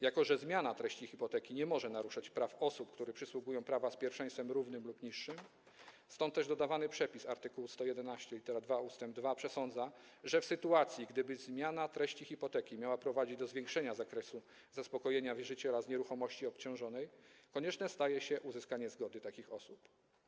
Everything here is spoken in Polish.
Jako że zmiana treści hipoteki nie może naruszać praw osób, którym przysługują prawa z pierwszeństwem równym lub niższym, dodawany przepis art. 111 ust. 2 przesądza, że w sytuacji gdy zmiana treści hipoteki miałaby prowadzić do zwiększenia zakresu zaspokojenia wierzyciela z nieruchomości obciążonej, konieczne staje się uzyskanie zgody takich osób.